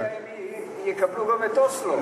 עוד רגע הם יקבלו גם את אוסלו.